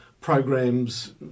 programs